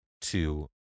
two